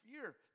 fear